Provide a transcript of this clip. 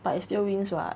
but it's still wins [what]